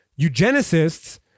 Eugenicists